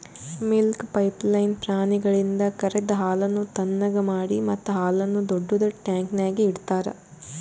milk pipeline ಪ್ರಾಣಿಗಳಿಂದ ಕರೆದ ಹಾಲನ್ನು ಥಣ್ಣಗ್ ಮಾಡಿ ಮತ್ತ ಹಾಲನ್ನು ದೊಡ್ಡುದ ಟ್ಯಾಂಕ್ನ್ಯಾಗ್ ಇಡ್ತಾರ